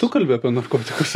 tu kalbi apie narkotikus